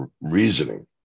reasoning